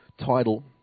title